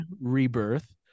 Rebirth